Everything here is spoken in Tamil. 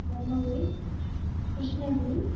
தர்மபுரி கிருஷ்ணகிரி